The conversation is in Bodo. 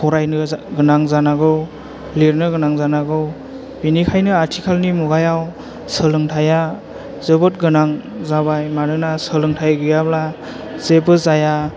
फरायनो गोनां जानांगौ लिरनो गोनां जानांगौ बिनिखायनो आथिखालनि मुगायाव सोलोंथाइया जोबोर गोनां जाबाय मानोना सोलोंथाइ गैयाब्ला जेबो जाया